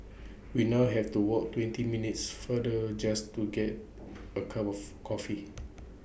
we now have to walk twenty minutes farther just to get A cup of coffee